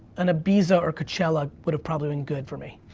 an ibiza or coachella would've probably been good for me.